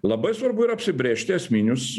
labai svarbu yra apsibrėžti esminius